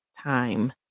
time